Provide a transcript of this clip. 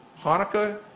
Hanukkah